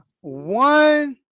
one